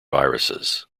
viruses